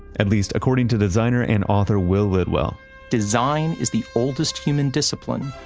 at least according to designer and author will lidwell design is the oldest human discipline,